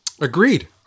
Agreed